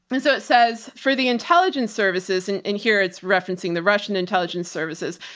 and so it says for the intelligence services and and here it's referencing the russian intelligence services.